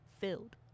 filled